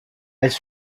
elles